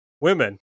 Women